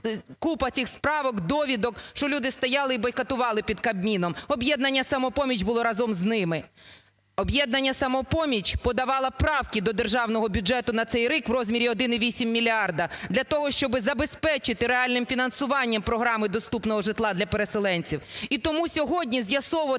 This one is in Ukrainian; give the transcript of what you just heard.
купа цих справок, довідок, що люди стояли і бойкотували під Кабміном. "Об'єднання "Самопоміч" було разом з ними. "Об'єднання "Самопоміч" подавало правки до Державного бюджету на цей рік в розмірі 1,8 мільярда для того, щоби забезпечити реальним фінансуванням програми доступного житла для переселенців. І тому сьогодні з'ясовувати